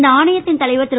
இந்த ஆணையத்தின் தலைவர் திரு